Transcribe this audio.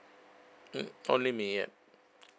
mm only me yup